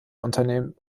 unternehmen